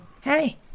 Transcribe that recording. hey